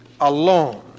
alone